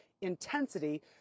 intensity